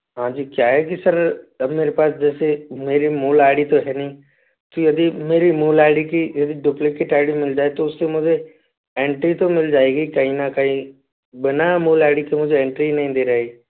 हाँ जी क्या है कि सर अब मेरे पास जैसे मेरी मूल आई डी तो है नहीं तो यदि मेरी मूल आई डी की यदि डुप्लीकेट आई डी मिल जाए तो उससे मुझे एंट्री तो मिल जाएगी कहीं ना कहीं बिना मूल आई डी के मुझे एंट्री ही नहीं दे रहे